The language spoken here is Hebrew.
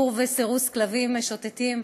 עיקור וסירוס כלבים משוטטים,